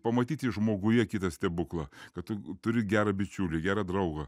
pamatyti žmoguje kitą stebuklą kad tu turi gerą bičiulį gerą draugą